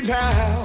now